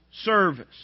service